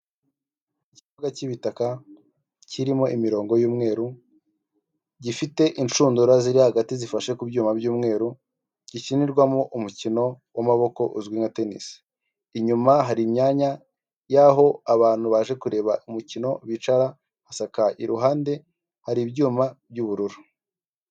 Ikibuga cy'ibitaka kirimo imirongo y'umweru gifite inshundura ziri hagati zifashe ku byuma by'umweru, gikinirwamo umukino w'amaboko uzwi nka tenisi. Inyuma hari imyanya yaho abantu baje kureba umukino bicara hasakaye, iruhande hari ibyuma by'ubururu.